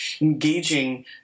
engaging